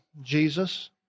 Jesus